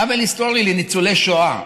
עוול היסטורי לניצולי שואה.